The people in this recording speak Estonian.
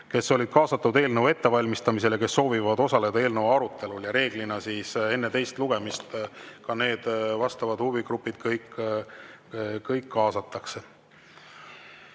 kes olid kaasatud eelnõu ettevalmistamisel ja kes soovivad osaleda eelnõu arutelul. Reeglina enne teist lugemist kõik need vastavad huvigrupid kaasatakse.